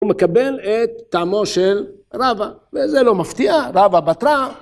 הוא מקבל את טעמו של רבה, וזה לא מפתיע, רבה בטרה.